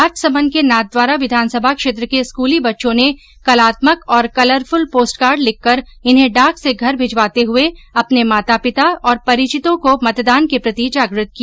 राजसमन्द के नाथद्वारा विधानसभा क्षेत्र के स्कूली बच्चों ने कलात्मक और कलरफुल पोस्टकार्ड लिखकर इन्हें डाक से घर भिजवाते हुये अपने माता पिता और परिचितों को मतदान के प्रति जागृत किया